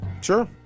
Sure